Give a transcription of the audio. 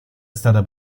stata